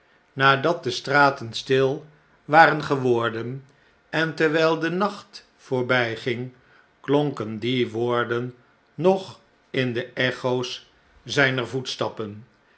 nadat de straten stil waren geworden en terwjjl de nacht voorbijging klonken die woorden nog in de echo's zjjner voetstappen